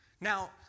Now